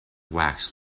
wax